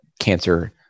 cancer